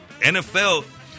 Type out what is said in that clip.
NFL